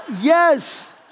Yes